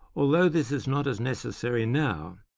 although this is not as necessary now,